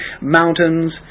mountains